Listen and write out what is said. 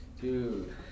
Dude